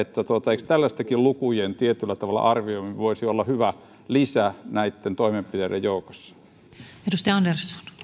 eikös tällaistenkin lukujen tietyllä tavalla arvioiminen voisi olla hyvä lisä näitten toimenpiteiden joukossa